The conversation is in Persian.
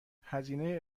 هزینه